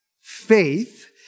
Faith